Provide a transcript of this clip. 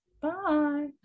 Bye